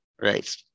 Right